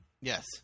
Yes